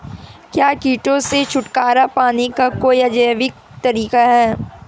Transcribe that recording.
क्या कीटों से छुटकारा पाने का कोई जैविक तरीका है?